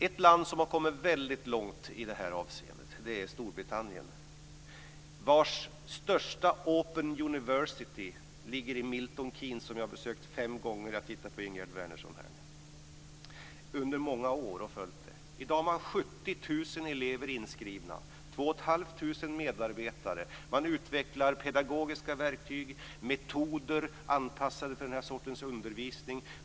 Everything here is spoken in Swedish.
Ett land som har kommit väldigt långt i detta avseende är Storbritannien, vars största open university ligger i Milton Keynes, som jag har besökt fem gånger. Jag har följt det under många år. I dag har man 70 000 inskrivna elever och 2 500 medarbetare. Man utvecklar pedagogiska verktyg och metoder som är anpassade för denna sorts undervisning.